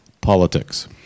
Politics